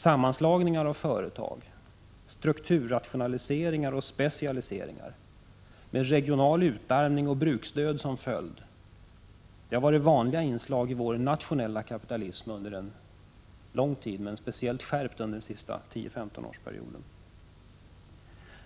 Sammanslagningar av företag, strukturrationaliseringar och specialiseringar med regional utarmning och bruksdöd som följd har varit vanliga inslag i vår nationella kapitalism under en lång tid, men speciellt under den senaste tio-femtonårsperioden.